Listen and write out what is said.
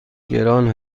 گران